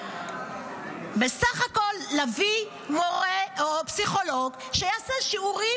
בסך הכול להביא מורה או פסיכולוג שיעשה שיעורים,